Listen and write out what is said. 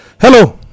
hello